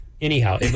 Anyhow